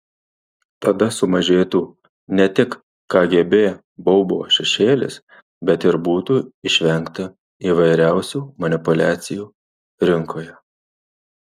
tada sumažėtų ne tik kgb baubo šešėlis bet ir būtų išvengta įvairiausių manipuliacijų rinkoje